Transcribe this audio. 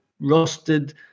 rusted